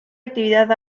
actividad